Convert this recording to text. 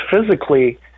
physically